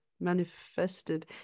manifested